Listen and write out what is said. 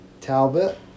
Talbot